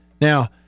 Now